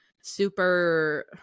super